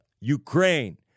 Ukraine